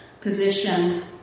position